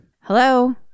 Hello